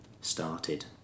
started